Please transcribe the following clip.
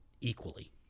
equally